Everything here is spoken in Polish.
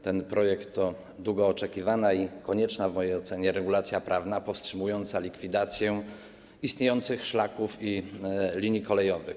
Ten projekt to długo oczekiwana i konieczna w mojej ocenie regulacja prawna powstrzymująca likwidację istniejących szlaków i linii kolejowych.